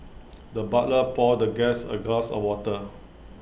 the butler poured the guest A glass of water